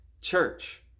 Church